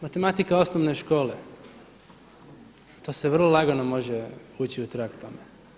Matematika osnovne škole, to se vrlo lako može ući u trag tome.